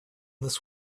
this